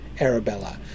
Arabella